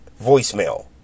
voicemail